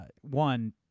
one